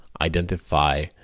identify